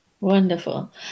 wonderful